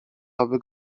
aby